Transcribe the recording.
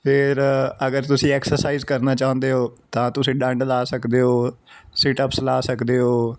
ਫਿਰ ਅਗਰ ਤੁਸੀਂ ਐਕਸਰਸਾਈਜ਼ ਕਰਨਾ ਚਾਹੁੰਦੇ ਹੋ ਤਾਂ ਤੁਸੀਂ ਡੰਡ ਲਗਾ ਸਕਦੇ ਹੋ ਸੀਟਪਸ ਲਗਾ ਸਕਦੇ ਹੋ